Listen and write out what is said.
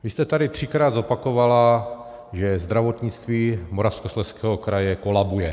Vy jste tady třikrát zopakovala, že zdravotnictví Moravskoslezského kraje kolabuje.